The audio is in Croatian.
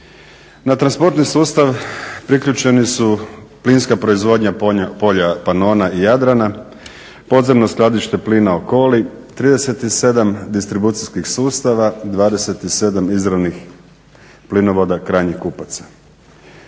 Na transportnim sustav priključeni su plinska proizvodnja polja Panona i Jadrana, podzemno skladište plina Okoli, 37 distribucijskih sustava, 27 izravnih plinovoda krajnjih kupaca.